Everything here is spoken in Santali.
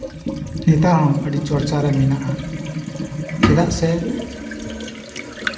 ᱱᱮᱛᱟᱨᱦᱚᱸ ᱟᱹᱰᱤ ᱪᱚᱨᱪᱟᱨᱮ ᱢᱮᱱᱟᱜᱼᱟ ᱪᱮᱫᱟᱜ ᱥᱮ